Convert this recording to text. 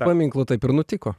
paminklu taip ir nutiko